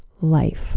life